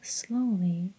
slowly